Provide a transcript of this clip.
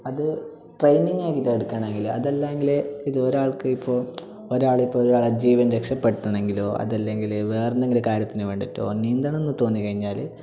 അത് ട്രെയിനിങ്ങ് ആക്കിയിട്ട് എടുക്കാനാകില്ല അതല്ലെങ്കില് ഇത് ഒരാൾക്കിപ്പോൾ ഒരാളിപ്പോൾ ഒരാളെ ജീവൻ രക്ഷപ്പെടുത്തണമെങ്കിലോ അതല്ലെങ്കില് വേറെ എന്തെങ്കിലും കാര്യത്തിന് വേണ്ടിയിട്ടോ നീന്തണം എന്ന് തോന്നി കഴിഞ്ഞാല്